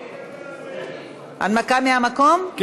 כן, כן.